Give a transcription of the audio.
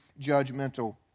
judgmental